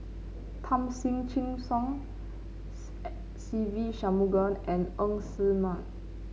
Tom Chin Siong Se Ve Shanmugam and Ng Ser Miang